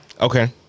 Okay